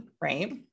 right